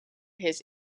his